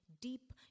deep